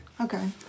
Okay